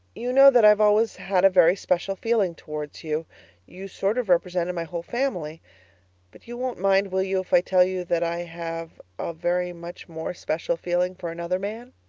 you know that i've always had a very special feeling towards you you sort of represented my whole family but you won't mind, will you, if i tell you that i have a very much more special feeling for another man?